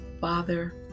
Father